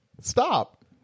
Stop